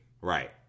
Right